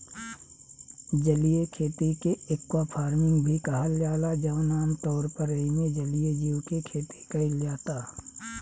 जलीय खेती के एक्वाफार्मिंग भी कहल जाला जवन आमतौर पर एइमे जलीय जीव के खेती कईल जाता